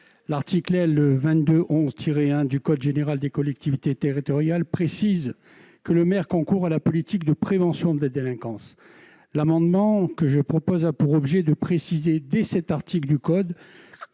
l'article L 22 11 tirer un du Code général des collectivités territoriales, précise que le maire concourent à la politique de prévention de la délinquance, l'amendement que je propose, a pour objet de préciser dès cet article du code